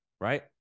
right